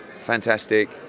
fantastic